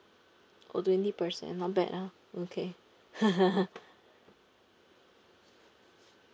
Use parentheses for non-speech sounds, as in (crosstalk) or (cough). oh twenty percent not bad ah okay (laughs)